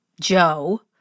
Joe